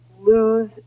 lose